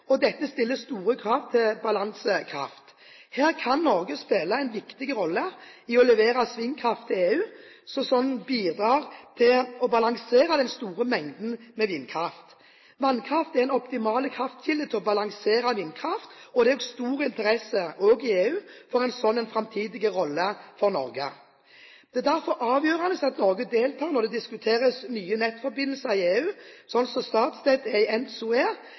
Dette stiller store krav til balansekraft. Her kan Norge spille en viktig rolle i å levere svingkraft til EU og slik bidra til å balansere den store mengden vindkraft. Vannkraft er en optimal kraftkilde til å balansere vindkraft, og det er stor interesse også i EU for en slik framtidig rolle for Norge. Det er derfor avgjørende at Norge deltar når det diskuteres nye nettforbindelser i EU, slik Statnett er i